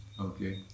Okay